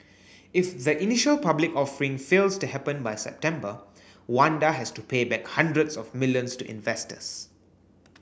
if the initial public offering fails to happen by September Wanda has to pay back hundreds of millions to investors